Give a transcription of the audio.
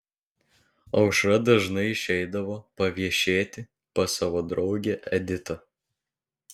aušra dažnai išeidavo paviešėti pas savo draugę editą